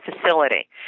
facility